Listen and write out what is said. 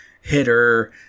hitter